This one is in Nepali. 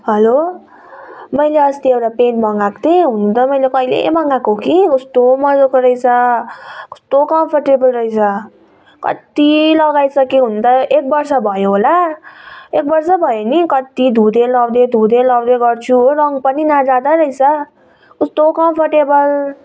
हेलो मैले अस्ति एउटा पयान्ट मगाएको थिएँ हुनु त मैले कहिले मगाएको कि कस्तो मजाको रहेछ कस्तो कम्फर्टेबल रहेछ कति लगाइसकेँ हुन त एक वर्ष भयो होला एक वर्ष भयो नि कति धुँदै लगाउँदै धुँदै लगाउँदै गर्छु हो रङ पनि नजाँदो रहेछ कस्तो कम्फर्टेबल